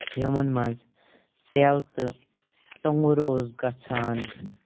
یِمَن مںٛز ژٮ۪ل تہٕ ٹوٚنٛگُر اوس گژھان